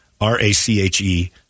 R-A-C-H-E